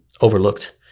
overlooked